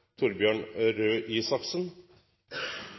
Torbjørn Røe Isaksen